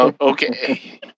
Okay